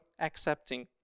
accepting